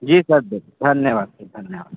जी sir धन्यवाद sir धन्यवाद